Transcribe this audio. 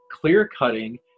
clear-cutting